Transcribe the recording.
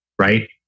right